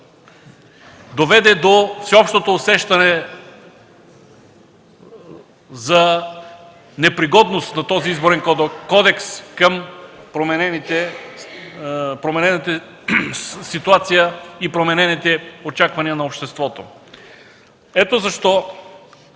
доведе до всеобщото усещане за непригодност на този Изборен кодекс към променената ситуация и променените очаквания на обществото. Ето защо